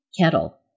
kettle